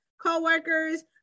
co-workers